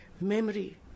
memory